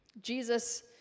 Jesus